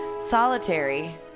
solitary